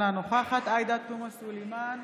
אינה נוכחת עאידה תומא סלימאן,